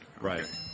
Right